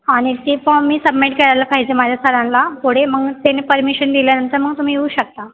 आणि ते फॉम मी सबमिट करायला पाहिजे माझ्या सरांना पोढे मग त्यांनी परमिशन दिल्यानंतर मग तुम्ही येऊ शकता